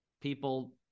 people